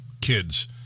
kids